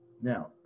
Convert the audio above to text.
Now